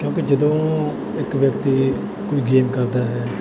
ਕਿਉਂਕਿ ਜਦੋਂ ਇੱਕ ਵਿਅਕਤੀ ਕੋਈ ਗੇਮ ਕਰਦਾ ਹੈ